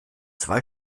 zwei